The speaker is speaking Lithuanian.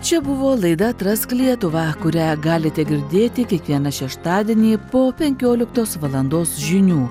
čia buvo laida atrask lietuvą kurią galite girdėti kiekvieną šeštadienį po penkioliktos valandos žinių